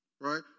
right